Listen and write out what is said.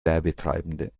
werbetreibende